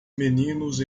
meninos